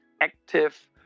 active